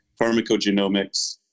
pharmacogenomics